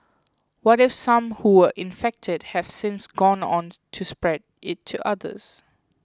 what if some who were infected have since gone on to spread it to others